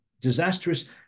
Disastrous